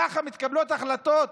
ככה מתקבלות החלטות